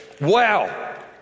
Wow